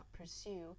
pursue